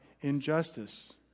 injustice